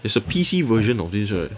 it's a P_C version of this right